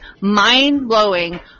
mind-blowing